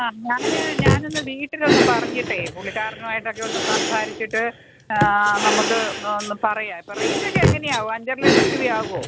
ഞാൻ ഞാൻ ഒന്ന് വീട്ടിലൊന്ന് പറഞ്ഞിട്ട് പുള്ളിക്കാരനും ആയിട്ടൊക്കെ ഒന്ന് സംസാരിച്ചിട്ട് നമ്മൾക്ക് പറയാം റേറ്റൊക്കെ എങ്ങനെയാണ് അഞ്ചര ലക്ഷം രൂപയാകുമ്പോൾ